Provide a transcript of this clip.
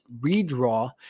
redraw